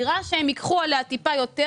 דירה שהם ייקחו עליה טיפה יותר,